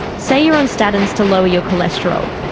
say you are on statins to lower your cholesterol.